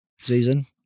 season